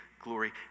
glory